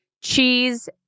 cheese